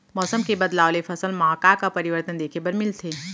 मौसम के बदलाव ले फसल मा का का परिवर्तन देखे बर मिलथे?